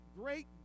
great